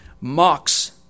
mocks